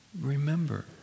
Remember